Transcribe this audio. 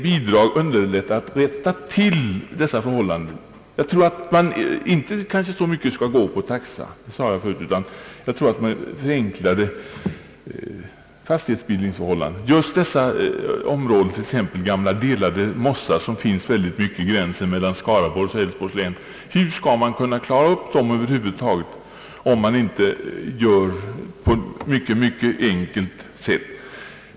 Kalla det subvention, ty det låter alltid bra! Jag tycker kanske inte att man skall inrikta sig enbart på taxan utan snarast förenkla fastighetsbildningsförhållandena. Hur skall man kunna klara upp de delade mossar som finns på gränsen mellan Skaraborgs och Älvsborgs län, om man inte får gå till väga på ett mycket enkelt sätt?